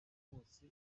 bose